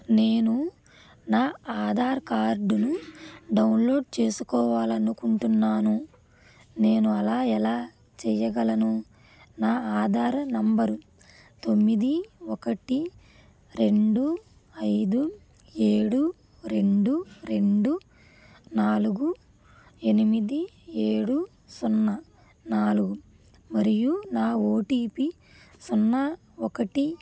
నేను నా ఆధార్ కార్డును డౌన్లోడ్ చేసుకోవాలి అనుకుంటున్నాను నేను అలా ఎలా చెయ్యగలను నా ఆధార్ నంబరు తొమ్మిది ఒకటి రెండు ఐదు ఏడు రెండు రెండు నాలుగు ఎనిమిది ఏడు సున్నా నాలుగు మరియు నా ఓ టి పి సున్నా ఒకటి